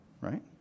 Right